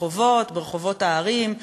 ברחובות הערים,